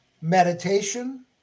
meditation